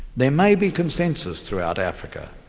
there may be consensus throughout africa,